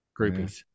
groupies